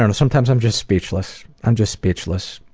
and sometimes i'm just speechless. i'm just speechless.